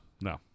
No